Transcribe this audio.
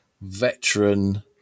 veteran